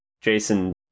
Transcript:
Jason